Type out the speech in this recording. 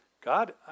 God